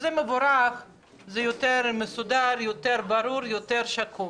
זה מבורך כי זה יותר מסודר, יותר ברור, יותר שקוף.